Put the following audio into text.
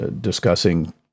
discussing